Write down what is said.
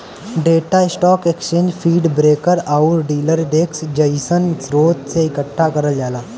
data stock exchange feed, broker आउर dealer desk जइसन स्रोत से एकठ्ठा करल जाला